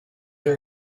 her